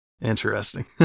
interesting